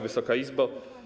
Wysoka Izbo!